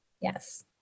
Yes